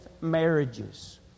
marriages